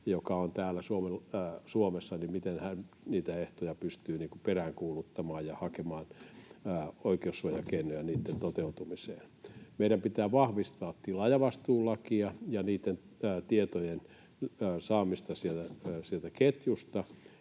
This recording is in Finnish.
joka on täällä Suomessa, niitä ehtoja pystyy peräänkuuluttamaan ja hakemaan oikeussuojakeinoja niitten toteutumiseen. Meidän pitää vahvistaa tilaajavastuulakia ja niitten tietojen saamista sieltä ketjusta.